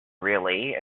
really